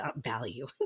value